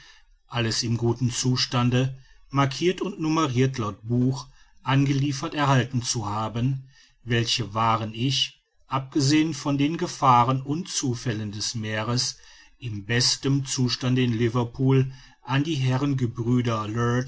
alles in gutem zustande markirt und numerirt laut buch angeliefert erhalten zu haben welche waaren ich abgesehen von den gefahren und zufällen des meeres in bestem zustande in liverpool an die herren